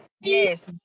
yes